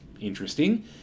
interesting